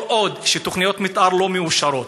כל עוד תוכניות מתאר לא מאושרות,